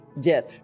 death